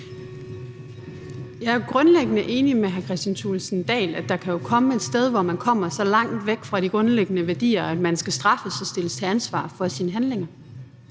Jeg er grundlæggende enig med hr. Kristian Thulesen Dahl i, at der jo kan komme en situation, hvor man kommer så langt væk fra de grundlæggende værdier, at man skal straffes og stilles til ansvar for sine handlinger.